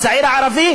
הצעיר הערבי,